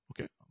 okay